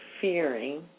fearing